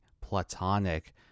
platonic